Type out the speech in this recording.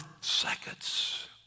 seconds